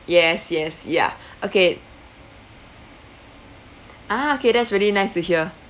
yes yes ya okay ah okay that's really nice to hear